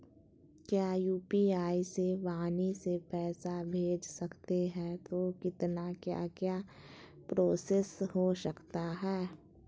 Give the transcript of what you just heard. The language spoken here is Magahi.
क्या यू.पी.आई से वाणी से पैसा भेज सकते हैं तो कितना क्या क्या प्रोसेस हो सकता है?